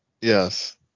Yes